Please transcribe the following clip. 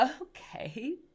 okay